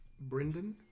Brendan